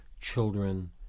children